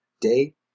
day